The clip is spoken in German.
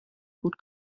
gut